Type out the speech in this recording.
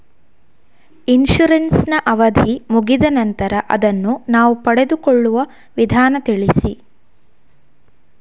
Insurance ನ ಅವಧಿ ಮುಗಿದ ನಂತರ ಅದನ್ನು ನಾವು ಪಡೆದುಕೊಳ್ಳುವ ವಿಧಾನ ತಿಳಿಸಿ?